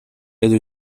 other